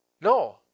No